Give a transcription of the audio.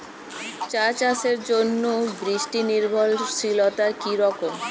চা চাষের জন্য বৃষ্টি নির্ভরশীলতা কী রকম?